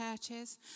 churches